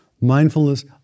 mindfulness